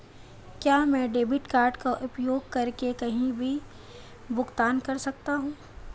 क्या मैं debit card का उपयोग करके कहीं भी भुगतान कर सकता हूं?